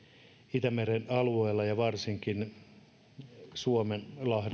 itämeren alueella ja varsinkin suomenlahdella